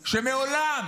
שמעולם,